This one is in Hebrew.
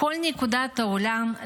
בכל נקודה בעולם,